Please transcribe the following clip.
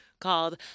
called